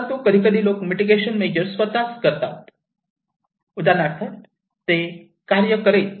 परंतु कधीकधी लोक मीटिगेशन मेजर्स स्वतःच करतात उदाहरणार्थ ते कार्य करेल